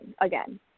again